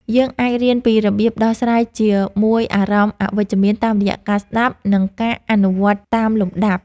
យើងអាចរៀនពីរបៀបដោះស្រាយជាមួយអារម្មណ៍អវិជ្ជមានតាមរយៈការស្តាប់ និង ការអនុវត្តតាមលំដាប់។